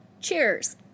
Cheers